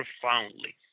profoundly